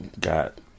got